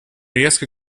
резко